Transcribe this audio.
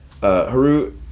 Haru